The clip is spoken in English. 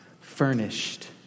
Furnished